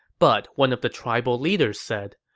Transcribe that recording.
but one of the tribal leaders said,